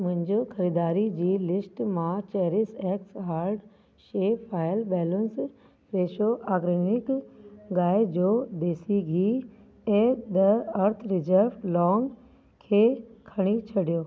मुंहिंजी ख़रीदारी जी लिस्ट मां cherish x heart shape foil balloons Fresho organic गांहि जो देशी घी ऐं द अर्थ रिजर्व लौंग खे खणी छॾियो